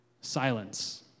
silence